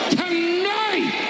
tonight